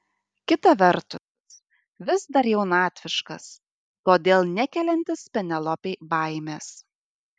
kita vertus vis dar jaunatviškas todėl nekeliantis penelopei baimės